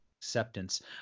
acceptance